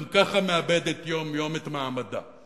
גם ככה מאבדת יום-יום את מעמדה.